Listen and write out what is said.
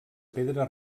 pedra